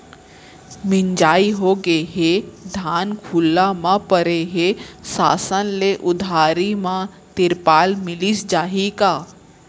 मिंजाई होगे हे, धान खुला म परे हे, शासन ले उधारी म तिरपाल मिलिस जाही का?